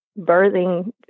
birthing